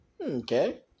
Okay